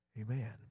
Amen